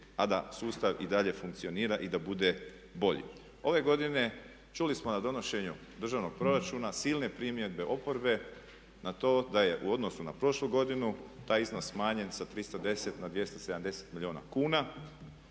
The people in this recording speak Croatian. a da sustav i dalje funkcionira i da bude bolji. Ove godine čuli smo na donošenju državnog proračuna silne primjedbe oporbe na to da je u odnosu na prošlu godinu taj iznos smanjen sa 310 na 270 milijuna kuna.